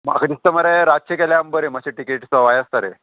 म्हाका दिसता मरे रातचे केल्यार बरें मातशें टिकेट सवाय आसता रे